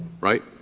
right